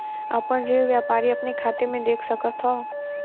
आपन ऋण व्यापारी अपने खाते मे देख सकत हौ